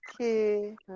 okay